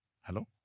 Hello